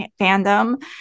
fandom